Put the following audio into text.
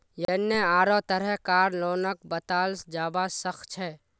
यन्ने आढ़ो तरह कार लोनक बताल जाबा सखछे